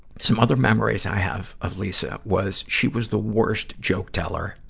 some other memories i have of lisa was, she was the worst joke teller,